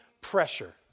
pressure